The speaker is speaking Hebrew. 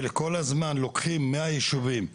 כל הזמן לוקחים מהיישובים הערבים,